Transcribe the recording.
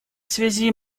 связи